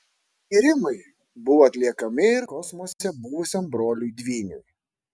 tyrimai buvo atliekami ir kosmose buvusiam broliui dvyniui